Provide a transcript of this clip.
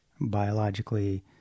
biologically